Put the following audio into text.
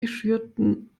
geschürten